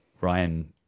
Ryan